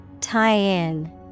Tie-in